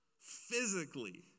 physically